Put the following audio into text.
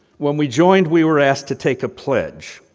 when we joined, we were asked to take a pledge,